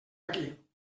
aquí